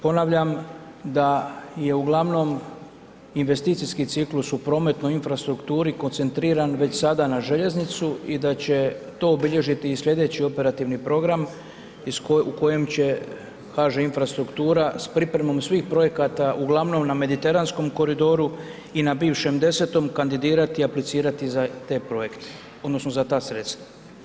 Ponavljam da je uglavnom investicijski ciklus u prometnoj infrastrukturi koncentriran već sada na željeznicu i da će to obilježiti i sljedeći operativni program u kojem će HŽ Infrastruktura s pripremom svih projekata uglavnom na mediteranskom koridoru i na bivšem 10. kandidirati i aplicirati za te projekte odnosno za ta sredstva.